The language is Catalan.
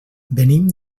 venim